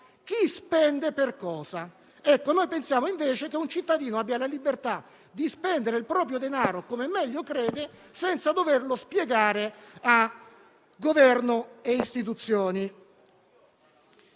chi spende, per cosa. Noi pensiamo invece che un cittadino abbia la libertà di spendere il proprio denaro come meglio crede, senza doverlo spiegare a Governo e istituzioni.